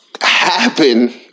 happen